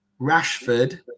Rashford